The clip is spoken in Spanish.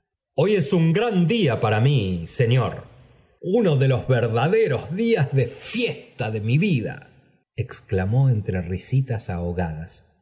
hoy es un gran día para mí señor uno de los verdaderos días de fiesta de mi vida exclamó entre risitas ahogadas